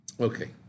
okay